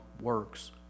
works